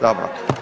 Dobro.